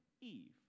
Eve